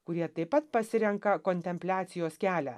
kurie taip pat pasirenka kontempliacijos kelią